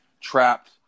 trapped